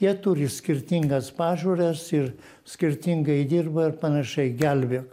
jie turi skirtingas pažiūras ir skirtingai dirba ir panašiai gelbėk